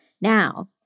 Now